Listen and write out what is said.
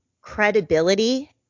credibility